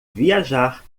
viajar